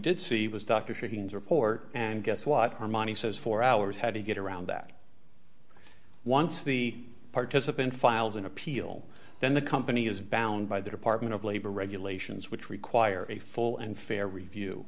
did see was dr sheen's report and guess what armani says four hours had to get around that once the participant files an appeal then the company is bound by the department of labor regulations which require a full and fair review